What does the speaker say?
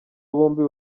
bombi